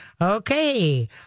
Okay